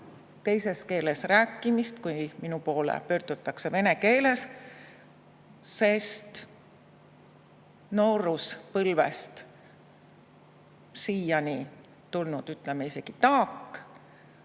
teises keeles rääkimist, kui minu poole pöördutakse vene keeles, sest nooruspõlvest siiani tulnud, ütleme isegi, taak